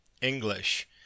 english